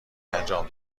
انجام